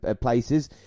places